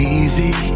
easy